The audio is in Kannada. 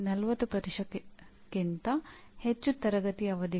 ಪರೀಕ್ಷಾ ಪತ್ರಿಕೆಗಳ ಗುಣಮಟ್ಟ ನಿರಂತರವಾಗಿ ಕುಗ್ಗುತ್ತಿದೆ